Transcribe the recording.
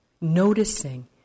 noticing